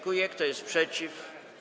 Kto jest przeciw?